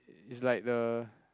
it's like the